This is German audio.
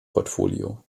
portfolio